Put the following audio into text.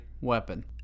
weapon